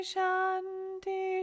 Shanti